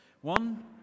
One